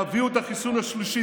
תביאו את החיסון השלישי.